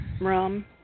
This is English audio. Rum